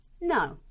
No